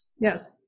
Yes